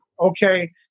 okay